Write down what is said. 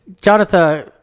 Jonathan